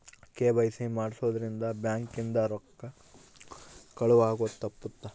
KYC ಮಾಡ್ಸೊದ್ ರಿಂದ bank ಇಂದ ರೊಕ್ಕ ಕಳುವ್ ಆಗೋದು ತಪ್ಪುತ್ತ